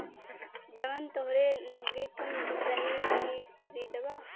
जवन तोहरे लग्गे कम रही वही खरीदबा